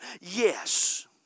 Yes